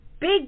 big